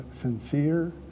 sincere